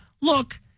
look